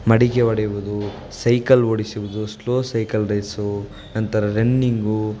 ಮಡಿಕೆ ಒಡೆಯುವುದು ಸೈಕಲ್ ಓಡಿಸೋದು ಸ್ಲೋ ಸೈಕಲ್ ರೇಸು ನಂತರ ರನ್ನಿಂಗು